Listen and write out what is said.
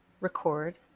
record